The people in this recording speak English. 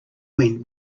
went